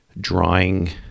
drawing